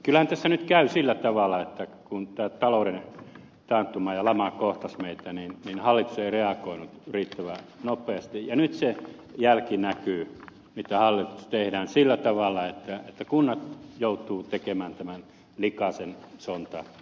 kyllähän tässä nyt käy sillä tavalla että kun tämä talouden taantuma ja lama kohtasivat meitä niin hallitus ei reagoinut riittävän nopeasti ja nyt se jälki näkyy mitä hallituksessa tehdään sillä tavalla että kunnat joutuvat tekemään tämän likaisen sontatyön